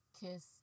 kiss